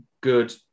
good